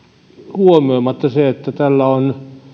huomioimatta se että tällä on